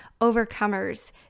overcomers